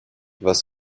was